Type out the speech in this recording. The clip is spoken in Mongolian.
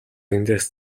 эндээс